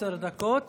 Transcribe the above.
מציג את